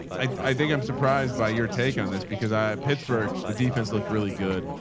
i i think i'm surprised by your take on this because i pittsburgh, the defense looked really good.